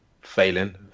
failing